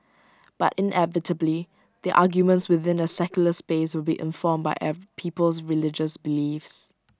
but inevitably the arguments within the secular space will be informed by A people's religious beliefs